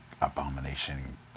Abomination